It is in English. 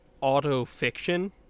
auto-fiction